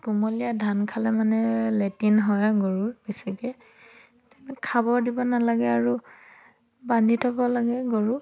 কোমলীয়া ধান খালে মানে লেট্ৰিন হয় গৰুৰ বেছিকৈ খাব দিব নালাগে আৰু বান্ধি থ'ব লাগে গৰু